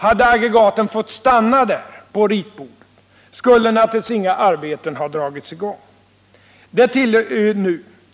Hade aggregatet fått stanna på ritbordet, skulle naturligtvis inga arbeten ha dragits i gång nu.